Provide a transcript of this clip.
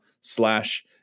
slash